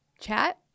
chat